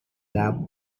lab